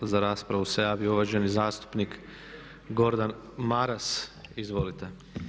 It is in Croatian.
Za raspravu se javio uvaženi zastupnik Gordan Maras, izvolite.